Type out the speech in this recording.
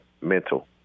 mental